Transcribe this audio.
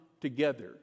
together